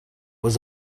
was